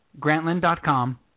grantland.com